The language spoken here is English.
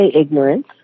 ignorance